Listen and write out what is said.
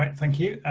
thank you,